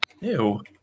Ew